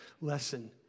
lesson